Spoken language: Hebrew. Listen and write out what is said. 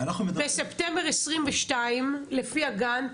בספטמבר 2022 לפי הגאנט,